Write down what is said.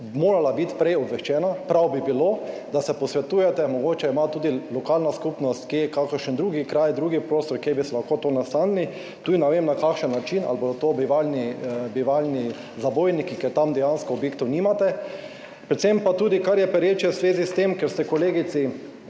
morala biti prej obveščena. Prav bi bilo, da se posvetujete, mogoče ima tudi lokalna skupnost kje kakšen drug kraj, drug prostor, kje bi se lahko nastanili. Tudi ne vem, na kakšen način, ali bodo to bivalni zabojniki, ker tam dejansko objektov nimate. Predvsem pa, kar je tudi pereče v zvezi s tem, je, da ste kolegici